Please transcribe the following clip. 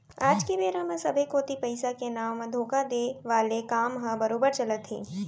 आज के बेरा म सबे कोती पइसा के नांव म धोखा देय वाले काम ह बरोबर चलत हे